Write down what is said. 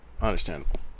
Understandable